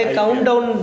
countdown